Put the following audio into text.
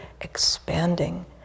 expanding